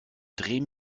dreh